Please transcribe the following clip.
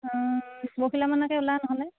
পৰহিলৈ মানকৈ ওলা নহ'লে